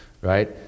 right